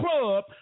club